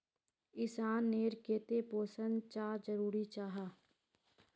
इंसान नेर केते पोषण चाँ जरूरी जाहा?